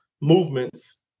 movements